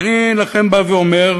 ואני לכם בא ואומר,